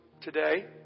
today